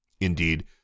Indeed